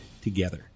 together